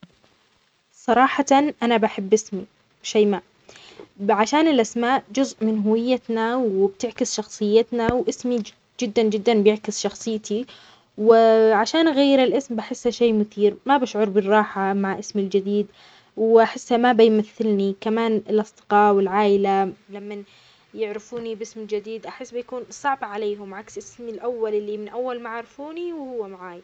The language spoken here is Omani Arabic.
صراحة أنا بحب اسمي شيماء، عشان الأسماء جزء من هويتنا وبتعكس شخصيتنا وإسمي جدا جدا بيعكس شخصيتي، وعشان غير الاسم بحس شي مثير ما بشعر بالراحة مع اسم جديد، وحس ما بيمثلني كمان الاصدقاء والعائلة لما يعرفوني باسم الجديد أحس بيكون صعبة عليهم عكس اسمي الأول إللي من أول ما عرفوني وهو معاي.